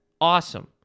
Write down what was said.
Awesome